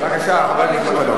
בבקשה, חבר הכנסת מטלון.